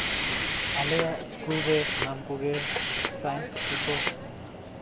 ᱟᱞᱮᱭᱟᱜ ᱤᱥᱠᱩᱞ ᱨᱮ ᱥᱟᱱᱟᱢ ᱠᱚᱜᱮ ᱥᱟᱭᱮᱱᱥ ᱛᱮᱠᱚ